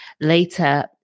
later